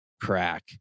crack